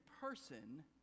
person